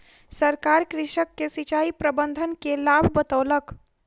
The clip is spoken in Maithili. सरकार कृषक के सिचाई प्रबंधन के लाभ बतौलक